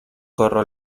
corro